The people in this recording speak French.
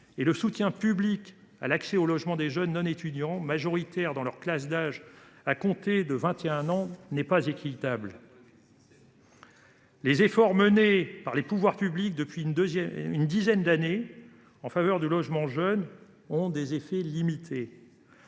que le soutien public à l’accès au logement des jeunes non étudiants, majoritaires dans leur classe d’âge à compter de 21 ans, soit moindre. Les efforts menés par les pouvoirs publics depuis une dizaine d’années en faveur du logement jeune ont des effets limités.